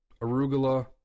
arugula